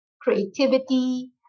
creativity